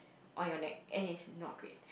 on your neck and is not great